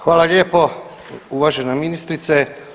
Hvala lijepo uvažena ministrice.